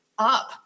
Up